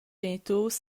geniturs